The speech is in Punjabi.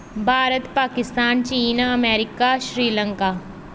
ਭਾਰਤ ਪਾਕਿਸਤਾਨ ਚੀਨ ਅਮੈਰੀਕਾ ਸ੍ਰੀਲੰਕਾ